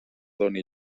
doni